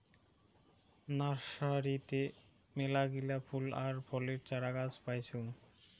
নার্সারিতে মেলাগিলা ফুল আর ফলের চারাগাছ পাইচুঙ